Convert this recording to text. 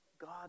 God